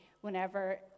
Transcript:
whenever